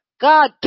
God